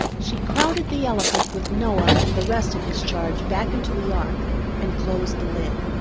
she crowded the elephant with noah and the rest of his charge back into the ark and closed the lid.